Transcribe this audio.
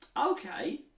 Okay